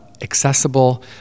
accessible